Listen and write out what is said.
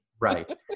Right